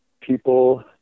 people